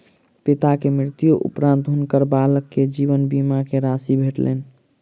पिता के मृत्यु उपरान्त हुनकर बालक के जीवन बीमा के राशि भेटलैन